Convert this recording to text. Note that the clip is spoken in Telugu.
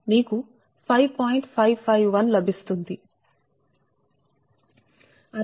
551 లభిస్తుంది